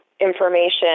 information